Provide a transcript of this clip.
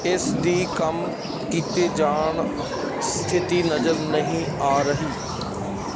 ਇਸ ਦੀ ਕੰਮ ਕੀਤੇ ਜਾਣ ਸਥਿਤੀ ਨਜ਼ਰ ਨਹੀਂ ਆ ਰਹੀ